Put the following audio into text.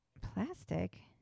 Plastic